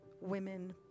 women